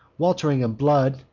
welt'ring in blood,